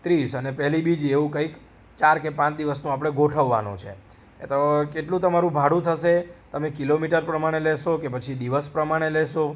ત્રીસ અને પહેલી બીજી એવું કંઈક ચાર કે પાંચ દિવસનું આપણે ગોઠવવાનું છે તો કેટલું તમારું ભાડું થશે તમે કિલોમીટર પ્રમાણે લેશો કે પછી દિવસ પ્રમાણે લેશો